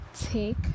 take